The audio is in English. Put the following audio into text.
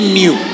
new